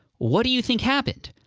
what do you think happened?